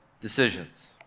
decisions